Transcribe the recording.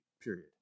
period